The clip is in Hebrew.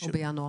או בינואר?